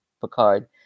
Picard